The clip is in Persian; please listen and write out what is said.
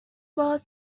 باز